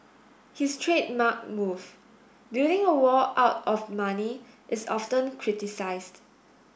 his trademark move building a wall out of money is often criticised